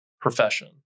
profession